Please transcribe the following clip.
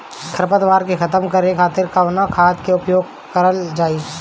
खर पतवार के खतम करे खातिर कवन खाद के उपयोग करल जाई?